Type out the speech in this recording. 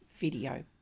video